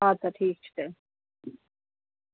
اَدٕ سا ٹھیٖک چھُ تیٚلہِ